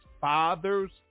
Father's